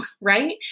Right